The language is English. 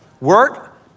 Work